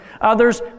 others